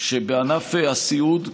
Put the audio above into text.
שבענף הסיעוד,